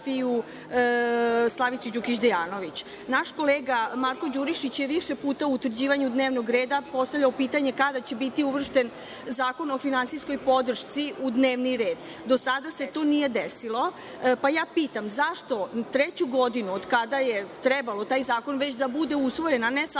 Slavici Đukić Dejanović. Naš kolega, Marko Đurišić je više puta u utvrđivanju dnevnog reda postavljao pitanje kada će biti uvršten zakon o finansijskoj podršci u dnevni red? Do sada se to nije desilo. Pitam, zašto već treću godinu od kada je trebalo taj zakon da bude usvojen, a ne samo